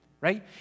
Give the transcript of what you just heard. right